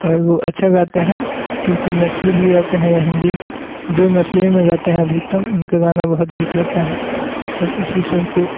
और वो अच्छा गाते हैं क्योंकि मैथली भी गाते हैं या हिंदी जो मैथली में गाते हैं अधिकतम उनका बहुत गाना हिट होता है और इसी सबको